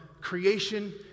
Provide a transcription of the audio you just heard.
creation